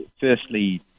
firstly